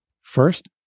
First